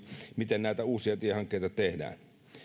miten näitä uusia tiehankkeita tehdään